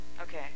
Okay